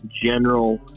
general